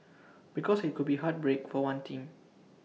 because IT could be heartbreak for one team